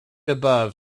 above